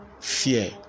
fear